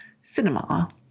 cinema